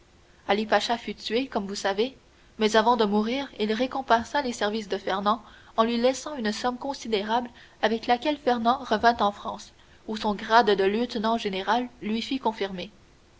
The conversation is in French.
instructeur ali pacha fut tué comme vous savez mais avant de mourir il récompensa les services de fernand en lui laissant une somme considérable avec laquelle fernand revint en france où son grade de lieutenant général lui fut confirmé